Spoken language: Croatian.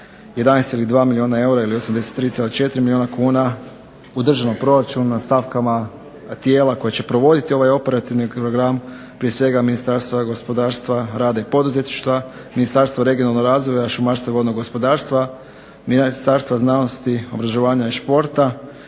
11,2 milijuna eura ili 83,4 milijuna kuna u državnom proračunu na stavkama tijela koje će provoditi ovaj operativni program. Prije svega Ministarstva gospodarstva, rada i poduzetništva, Ministarstva regionalnog razvoja, šumarstva i vodnog gospodarstva, Ministarstva znanosti, obrazovanja i športa